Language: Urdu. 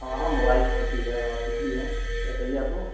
ہاں ہاں موبائل شاپ بھی ہے اور کچھ بھی ہے کیا چاہیے آپ کو